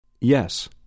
Yes